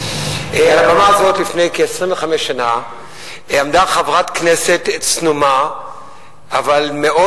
על הבמה הזאת לפני כ-25 שנה עמדה חברת כנסת צנומה אבל מאוד